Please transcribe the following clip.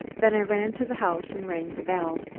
then i ran to the house and rang the bell.